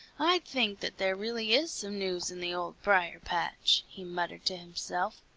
i'd think that there really is some news in the old briar-patch, he muttered to himself.